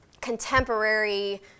contemporary